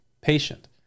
patient